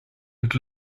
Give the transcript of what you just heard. and